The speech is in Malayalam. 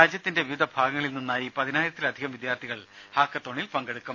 രാജ്യത്തിന്റെ വിവിധ ഭാഗങ്ങളിൽ നിന്നായി പതിനായിരത്തിലധികം വിദ്യാർഥികൾ ഹാക്കത്തോണിൽ പങ്കെടുക്കും